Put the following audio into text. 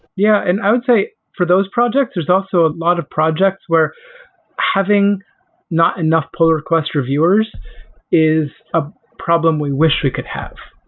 yeah. and i would say for those projects, there's also a lot of project where having not enough poll requests reviewers is a problem we wish we could have.